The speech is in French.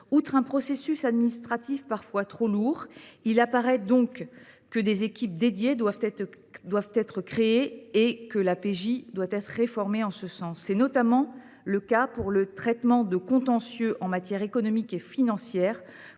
Outre un processus administratif parfois trop lourd, il apparaît donc que des équipes dédiées doivent être créées et que c’est en ce sens que la PJ doit être réformée. C’est notamment le cas pour le traitement des contentieux en matière économique et financière,